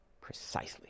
precisely